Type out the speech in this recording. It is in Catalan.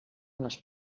les